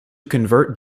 convert